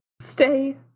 stay